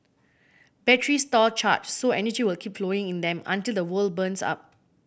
batteries store charge so energy will keep flowing in them until the whole burns up